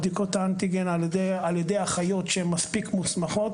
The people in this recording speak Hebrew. בדיקות אנטיגן על ידי אחיות שהן מספיק מוסמכות